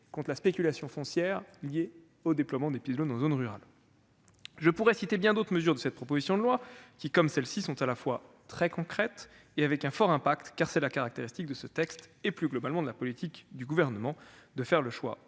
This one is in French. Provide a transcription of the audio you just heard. contre la spéculation foncière liée au déploiement des pylônes en zone rurale. Je pourrais citer bien d'autres mesures de cette proposition de loi qui, comme celles-ci, sont à la fois très concrètes et avec un fort impact. Car c'est la caractéristique de ce texte et, plus globalement, de la politique du Gouvernement que de faire le choix